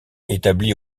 établie